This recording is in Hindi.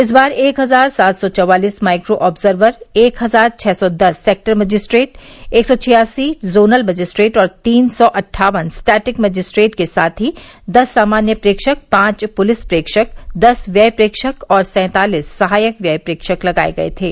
इस बार एक हजार सात सौ चौवालीस माइक्रो आब्जर्वर एक हजार छह सौ दस सेक्टर मजिस्ट्रेट एक सौ छियासी जोनल मजिस्ट्रेट और तीन सौ अट्ठावन स्टैटिक मजिस्ट्रेट के साथ ही दस सामान्य प्रेक्षक पांच पुलिस प्रेक्षक दस व्यय प्रेक्षक और सैंतालीस सहायक व्यय प्रेक्षक लगाये गय थे